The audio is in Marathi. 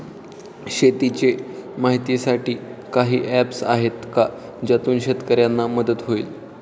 शेतीचे माहितीसाठी काही ऍप्स आहेत का ज्यातून शेतकऱ्यांना मदत होईल?